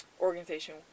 organization